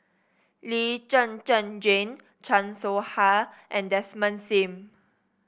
Lee Zhen Zhen Jane Chan Soh Ha and Desmond Sim